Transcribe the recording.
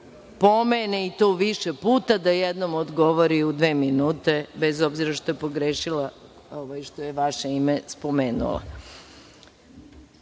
pomene, i to više puta, da jednom odgovori u dve minute, bez obzira što je pogrešila što je Vaše ime spomenula. Dalje